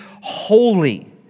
holy